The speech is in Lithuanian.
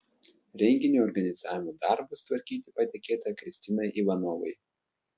renginio organizavimo darbus tvarkyti patikėta kristinai ivanovai